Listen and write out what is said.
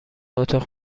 اتاق